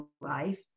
life